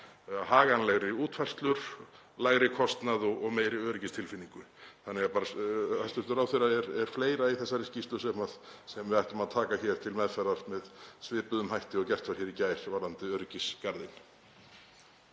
haganlegri útfærslur, lægri kostnað og meiri öryggistilfinningu. Ég spyr hæstv. ráðherra: Er fleira í þessari skýrslu sem við ættum að taka til meðferðar með svipuðum hætti og gert var hér í gær varðandi öryggisgarðinn?